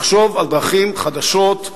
לחשוב על דרכים חדשות,